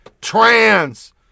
Trans